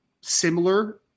similar